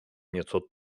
nieco